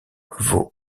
vaut